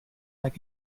like